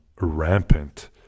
rampant